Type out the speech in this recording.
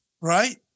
right